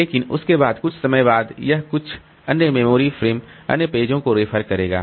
लेकिन उसके बाद कुछ समय बाद यह कुछ अन्य मेमोरी फ्रेम अन्य पेजों को रेफर करेगा